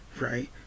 right